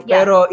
Pero